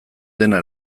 dena